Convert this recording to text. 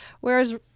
Whereas